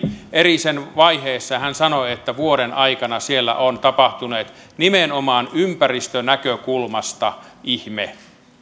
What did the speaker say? sen eri vaiheissa ja hän sanoi että vuoden aikana siellä on tapahtunut nimenomaan ympäristönäkökulmasta ihme